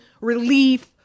relief